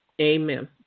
Amen